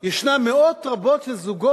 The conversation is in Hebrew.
יש מאות רבות של זוגות